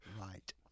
right